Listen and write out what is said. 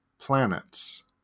planets